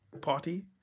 Party